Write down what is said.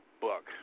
book